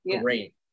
great